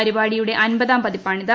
പരിപാടിയുടെ അൻപതാം പതിപ്പാണിത്